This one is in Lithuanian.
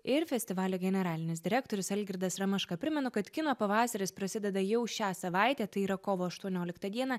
ir festivalio generalinis direktorius algirdas ramaška primenu kad kino pavasaris prasideda jau šią savaitę tai yra kovo aštuonioliktą dieną